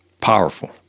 Powerful